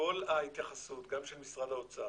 שכל ההתייחסות גם של משרד האוצר,